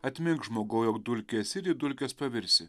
atmink žmogau jog dulkė esi ir į dulkes pavirsi